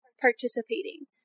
participating